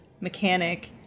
mechanic